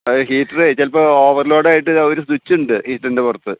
അത് ഹീറ്ററെ ചിലപ്പോൾ ഓവർ ലോഡായിട്ട് ഒരു സ്വിച്ച് ഉണ്ട് ഹീറ്ററിൻ്റെ പുറത്ത്